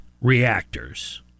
reactors